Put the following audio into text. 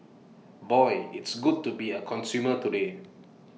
boy it's good to be A consumer today